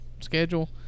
schedule